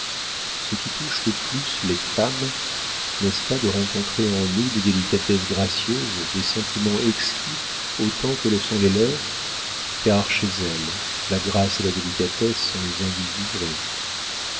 ce qui touche le plus les femmes n'est-ce pas de rencontrer en nous des délicatesses gracieuses des sentiments exquis autant que le sont les leurs car chez elles la grâce et la délicatesse sont les indices du vrai